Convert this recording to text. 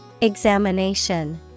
Examination